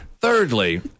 Thirdly